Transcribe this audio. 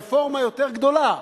רפורמה יותר גדולה,